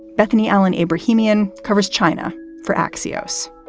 bethany allen abrahamian covers china for axios,